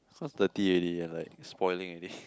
so it's dirty already and like spoiling already